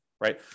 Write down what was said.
right